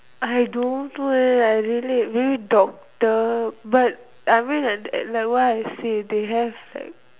I don't know lah I really maybe doctor but I mean like what I see they have like